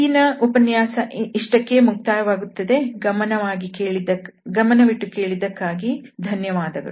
ಇಂದಿನ ಉಪನ್ಯಾಸ ಇಷ್ಟಕ್ಕೇ ಮುಕ್ತಾಯವಾಗುತ್ತದೆ ಗಮನವಿಟ್ಟು ಕೇಳಿದ್ದಕ್ಕಾಗಿ ಧನ್ಯವಾದಗಳು